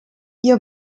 ihr